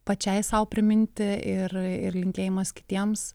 pačiai sau priminti ir ir linkėjimas kitiems